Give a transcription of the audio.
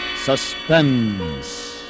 Suspense